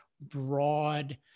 broad